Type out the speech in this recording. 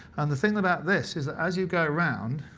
and the thing about this is that as you go around,